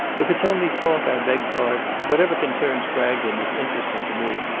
if it's only talk i beg pardon. whatever concerns bragton is interesting to me,